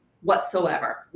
whatsoever